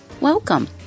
Welcome